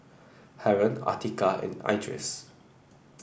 Haron Atiqah and Idris